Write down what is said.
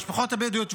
המשפחות הבדואיות,